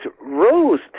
rose